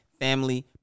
Family